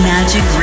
Magic